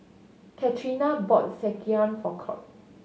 Catrina bought Sekihan for Colt